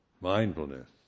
mindfulness